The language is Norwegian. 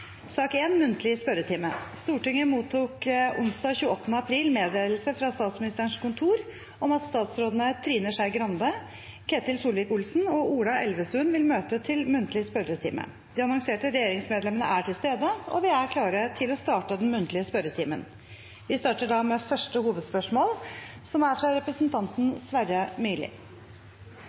Stortinget mottok onsdag den 28. mars meddelelse fra Statsministerens kontor om at statsrådene Trine Skei Grande, Ketil Solvik-Olsen og Ola Elvestuen vil møte til muntlig spørretime. De annonserte regjeringsmedlemmene er til stede, og vi er klare til å starte spørretimen. Vi starter med første hovedspørsmål, fra representanten Sverre Myrli.